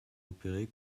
opérer